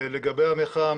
לגבי המחאה,